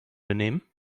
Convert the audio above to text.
benehmen